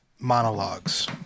Monologues